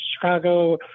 Chicago